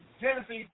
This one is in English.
Genesis